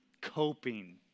coping